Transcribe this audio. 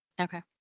Okay